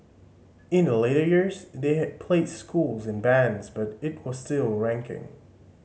in the later years they had placed schools in bands but it was still ranking